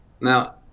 Now